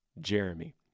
Jeremy